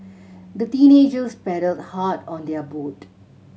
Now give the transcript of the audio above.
the teenagers paddled hard on their boat